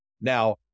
Now